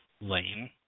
lame